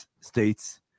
states